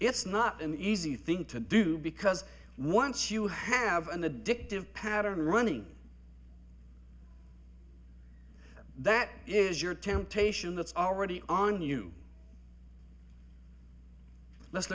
it's not an easy thing to do because once you have an addictive pattern running that is your temptation that's already on you let's